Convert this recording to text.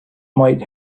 might